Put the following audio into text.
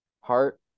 Heart